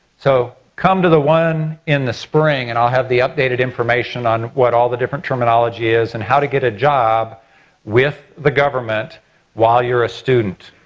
so come to the one in the spring and i'll have the updated information on what all the different terminology is and how to get a job with the government while you're a student.